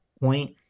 point